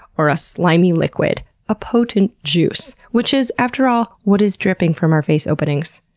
or a slimy liquid a potent juice, which is, after all, what is dripping from our face openings,